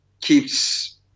keeps